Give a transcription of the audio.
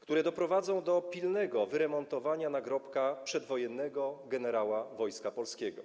które doprowadzą do pilnego wyremontowania nagrobka przedwojennego generała Wojska Polskiego.